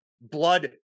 blood